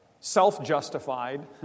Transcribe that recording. self-justified